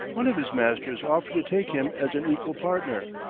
one of his masters offered to take him as an equal partner,